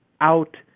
out